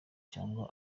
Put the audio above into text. cyangwa